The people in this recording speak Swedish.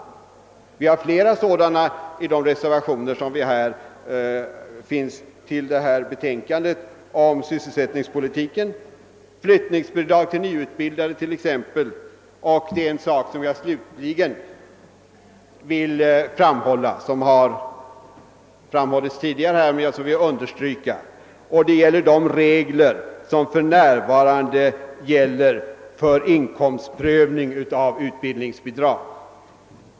Förhållandet är detsamma när det gäller andra frågor som har tagits upp i de reservationer som finns fogade till utlåtandet om sysselsättningspolitiken; jag kan som exempel nämna frågan om flyttningsbidrag till nyutbildade. Slutligen vill jag något beröra de regler som för närvarande gäller beträffande inkomstprövningen för utbildningsbidrag.